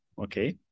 Okay